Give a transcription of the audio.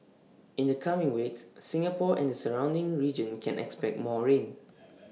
in the coming weeks Singapore and the surrounding region can expect more rain